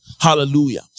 hallelujah